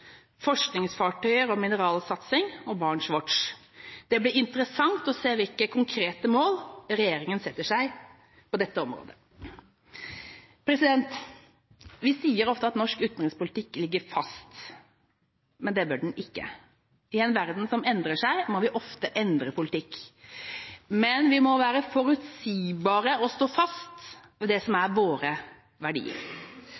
mineralsatsing og BarentsWatch. Det blir interessant å se hvilke konkrete mål regjeringa setter seg på dette området. Vi sier ofte at norsk utenrikspolitikk ligger fast, men det bør den ikke gjøre. I en verden som endrer seg, må vi ofte endre politikk, men vi må være forutsigbare og stå fast ved det som